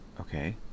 Okay